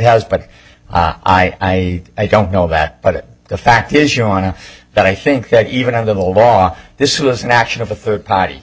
has but i i don't know that but the fact is you want to that i think that even under the law this was an action of a third party